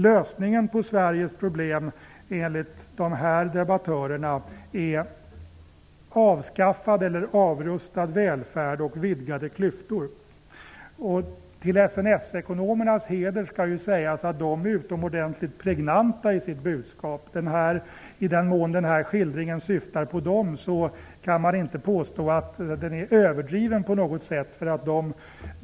Lösningen på Sveriges problem är enligt dessa debattörer avskaffad eller avrustad välfärd och vidgade klyftor. Till SNS-ekonomernas heder skall sägas att de är utomordentligt pregnanta i sitt budskap. I den mån den här skildringen syftar på dem kan man inte påstå att den är överdriven på något sätt.